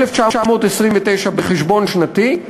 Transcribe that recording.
1,929 בחשבון שנתי,